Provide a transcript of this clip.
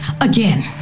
again